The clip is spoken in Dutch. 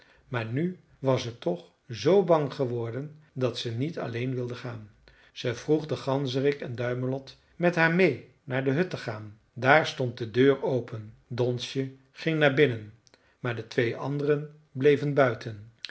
maar nu was ze toch zoo bang geworden dat ze niet alleen wilde gaan ze vroeg den ganzerik en duimelot met haar meê naar de hut te gaan daar stond de deur open donsje ging naar binnen maar de twee anderen bleven buiten